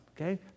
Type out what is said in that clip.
okay